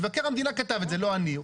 מבקר המדינה כתב את זה, לא אני.